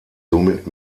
somit